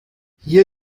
hier